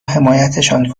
حمایتشان